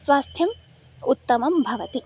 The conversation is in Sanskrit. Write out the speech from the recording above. स्वास्थ्यम् उत्तमं भवति